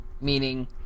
Meaning